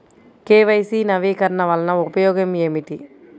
KYC నవీకరణ వలన ఉపయోగం ఏమిటీ?